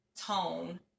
Tone